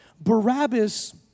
Barabbas